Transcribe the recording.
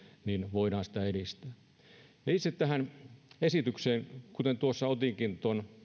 voidaan kehitystä edistää itse tähän esitykseen tuossa otinkin